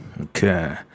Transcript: okay